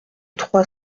trois